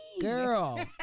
Girl